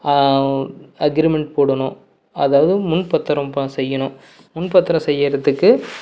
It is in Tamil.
அக்ரிமெண்ட் போடணும் அதாவது முன் பத்தரம் ப செய்யணும் முன் பத்தரம் செய்கிறதுக்கு